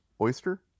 oyster